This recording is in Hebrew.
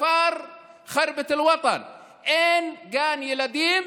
בכפר ח'רבת אל-וטן אין גן ילדים,